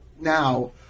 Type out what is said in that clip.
now